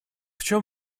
чем